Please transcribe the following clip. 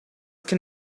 can